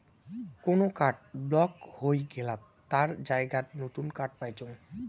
কোন card block হই গেলাত তার জায়গাত নতুন কার্ড পাইচুঙ